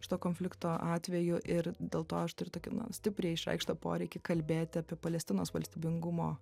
šito konflikto atveju ir dėl to aš turiu tokį stipriai išreikštą poreikį kalbėti apie palestinos valstybingumo